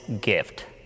gift